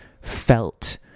felt